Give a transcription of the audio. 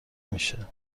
میشه